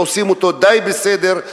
ועושים אותו די בסדר,